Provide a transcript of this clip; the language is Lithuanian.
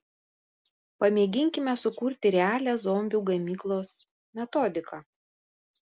pamėginkime sukurti realią zombių gamybos metodiką